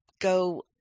go